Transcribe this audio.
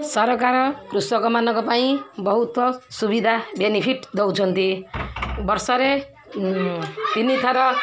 ସରକାର କୃଷକମାନଙ୍କ ପାଇଁ ବହୁତ ସୁବିଧା ବେନିଫିଟ୍ ଦେଉଛନ୍ତି ବର୍ଷରେ ତିନିଥର